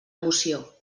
moció